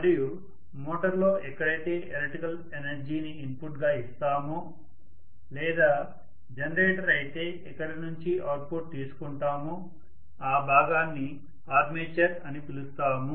మరియు మోటర్ లో ఎక్కడైతే ఎలక్ట్రికల్ ఎనర్జీని ఇన్పుట్ గా ఇస్తామో లేదా జనరేటర్ అయితే ఎక్కడినుంచి ఔట్పుట్ తీసుకుంటామో ఆ భాగాన్ని ఆర్మేచర్ అని పిలుస్తాము